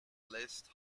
list